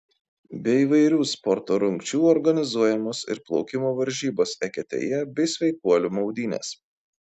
be įvairių sporto rungčių organizuojamos ir plaukimo varžybos eketėje bei sveikuolių maudynės